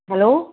hello